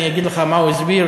אני אגיד לך מה הוא הסביר,